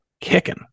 kicking